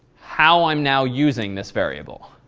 how i'm now using this variable.